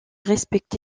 respecté